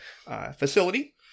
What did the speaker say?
facility